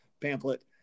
pamphlet